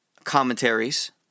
Commentaries